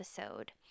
episode